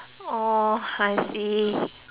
orh I see